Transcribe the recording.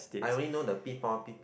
I only know the